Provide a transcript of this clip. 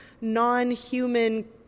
non-human